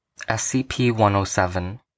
scp-107